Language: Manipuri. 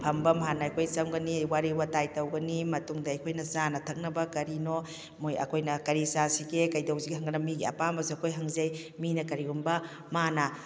ꯐꯝꯐꯝ ꯍꯥꯟꯅ ꯑꯩꯈꯣꯏ ꯆꯪꯒꯅꯤ ꯋꯥꯔꯤ ꯋꯥꯇꯥꯏ ꯇꯧꯒꯅꯤ ꯃꯇꯨꯡꯗ ꯑꯩꯈꯣꯏꯅ ꯆꯥꯅ ꯊꯛꯅꯕ ꯀꯔꯤꯅꯣ ꯃꯣꯏ ꯑꯩꯈꯣꯏꯅ ꯀꯔꯤ ꯆꯥꯁꯤꯒꯦ ꯀꯩꯗꯧꯁꯤꯒꯦ ꯃꯤꯒꯤ ꯑꯄꯥꯝꯕꯁꯦ ꯑꯩꯈꯣꯏ ꯍꯪꯖꯩ ꯃꯤꯡ ꯀꯔꯤꯒꯨꯝꯕ ꯃꯥꯅ